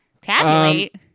Tabulate